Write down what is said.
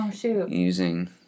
...using